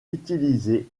utiliser